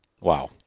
Wow